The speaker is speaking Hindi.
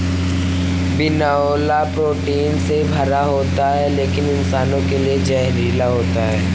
बिनौला प्रोटीन से भरा होता है लेकिन इंसानों के लिए जहरीला होता है